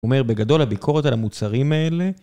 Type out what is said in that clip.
הוא אומר, בגדול הביקורת על המוצרים האלה.